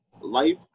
life